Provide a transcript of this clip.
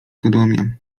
sodomia